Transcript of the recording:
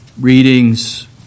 readings